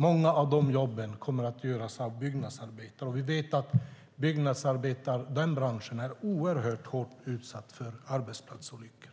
Många av dessa jobb kommer att göras av byggnadsarbetare, och vi vet att denna bransch är oerhört hårt utsatt för arbetsplatsolyckor.